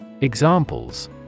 Examples